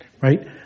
Right